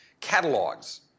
catalogs